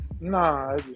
Nah